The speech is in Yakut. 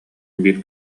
биир